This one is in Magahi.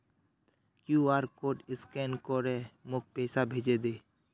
क्यूआर कोड स्कैन करे मोक पैसा भेजे दे